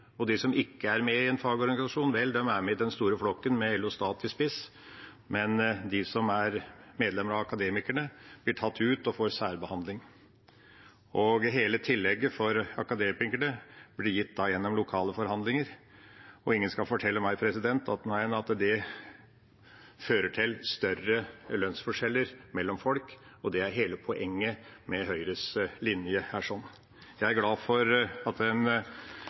den store flokken med LO Stat i spiss, men de som er medlemmer av Akademikerne, blir tatt ut og får særbehandling. Hele tillegget for Akademikerne blir da gitt gjennom lokale forhandlinger, og ingen skal fortelle meg noe annet enn at det fører til større lønnsforskjeller mellom folk, og det er hele poenget med Høyres linje her. Jeg er glad for at en